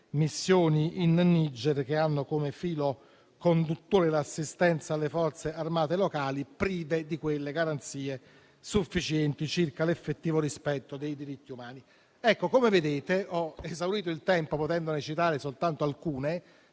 missioni in Niger, che hanno come filo conduttore l'assistenza alle forze armate locali, prive delle garanzie sufficienti circa l'effettivo rispetto dei diritti umani. Come vedete, ho esaurito il mio tempo, potendo citare soltanto alcune